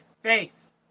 faith